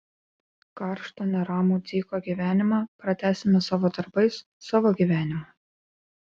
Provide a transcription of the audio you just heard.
karštą neramų dziko gyvenimą pratęsime savo darbais savo gyvenimu